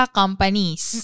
companies